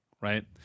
right